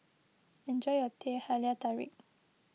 enjoy your Teh Halia Tarik